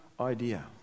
idea